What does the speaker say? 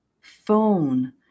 phone